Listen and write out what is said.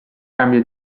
cambia